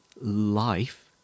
life